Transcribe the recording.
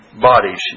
bodies